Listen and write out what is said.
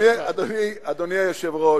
אדוני היושב-ראש,